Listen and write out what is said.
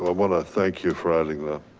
want to thank you for adding that.